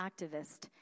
activist